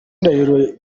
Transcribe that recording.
ndahiro